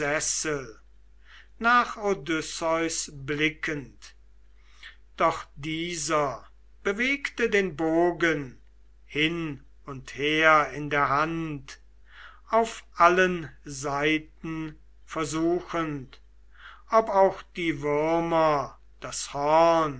nach odysseus blickend doch dieser bewegte den bogen hin und her in der hand auf allen seiten versuchend ob auch die würmer das horn